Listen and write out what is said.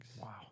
Wow